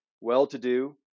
well-to-do